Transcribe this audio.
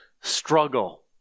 struggle